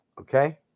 Okay